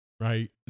right